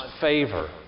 favor